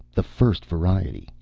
the first variety.